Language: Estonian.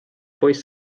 poiss